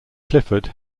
clifford